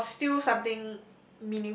it was still something